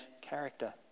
character